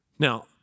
Now